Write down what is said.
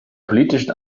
politischen